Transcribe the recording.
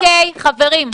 חברים,